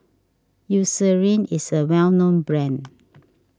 Eucerin is a well known brand